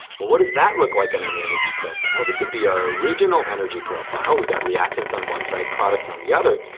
well what does that look like on an energy profile? this would be our original energy profile. we've got reactants on one side, products on the other.